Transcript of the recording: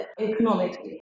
economically